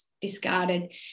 discarded